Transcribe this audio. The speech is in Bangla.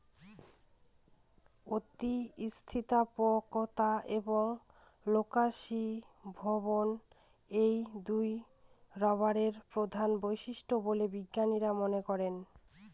অতি স্থিতিস্থাপকতা এবং কেলাসীভবন এই দুইই রবারের প্রধান বৈশিষ্ট্য বলে বিজ্ঞানীরা মনে করেন